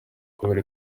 kubera